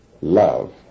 love